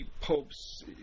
Pope's